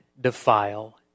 defile